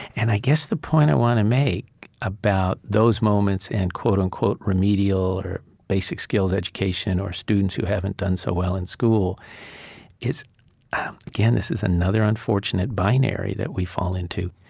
and i guess the point i want to make about those moments, and quote unquote remedial, or basic-skilled education, or students who haven't done so well in school um again this is another unfortunate binary that we fall into.